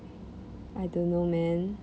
I don't know man